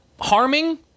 harming